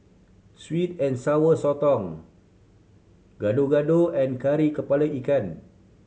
sweet and Sour Sotong Gado Gado and Kari Kepala Ikan